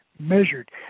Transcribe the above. measured